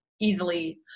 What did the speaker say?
easily